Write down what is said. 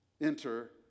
Enter